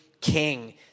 king